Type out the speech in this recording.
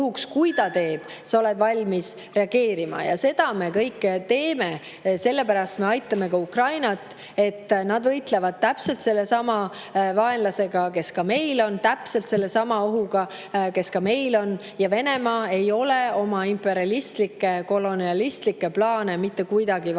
kui ta neid teeb. Sa pead olema valmis reageerima, ja seda kõike me teeme. Sellepärast me aitame Ukrainat, et nad võitlevad täpselt sellesama vaenlasega, kes ka meil on, täpselt sellesama ohuga, mis ka meil on. Ja Venemaa ei ole oma imperialistlikke, kolonialistlikke plaane mitte kuidagi varjanud.